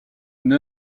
une